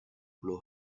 blow